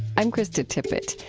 i'm krista tippett.